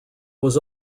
was